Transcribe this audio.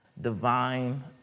Divine